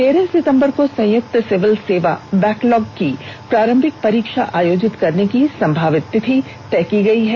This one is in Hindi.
तेरह सितंबर को संयुक्त सिविल सेवा बैकलॉग की प्रारंभिक परीक्षा आयोजित करने की संभावित तिथि तय की गई है